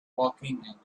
walking